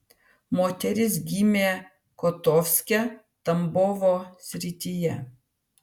moteris gimė kotovske tambovo srityje